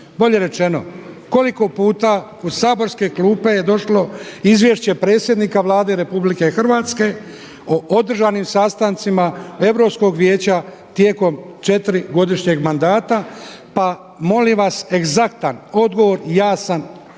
Bolje rečeno, koliko puta u saborske klupe je došlo izvješće predsjednika Vlade RH o održanim sastancima Europskog vijeća tijekom četiri godišnjeg mandata? Pa molim vas egzaktan odgovor i jasan